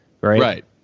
Right